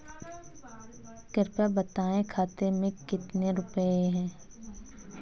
कृपया बताएं खाते में कितने रुपए हैं?